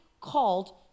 called